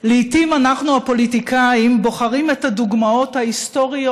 לעיתים אנחנו הפוליטיקאים בוחרים את הדוגמאות ההיסטוריות